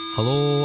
Hello